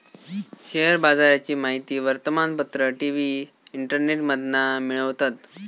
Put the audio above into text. share बाजाराची माहिती वर्तमानपत्र, टी.वी, इंटरनेटमधना मिळवतत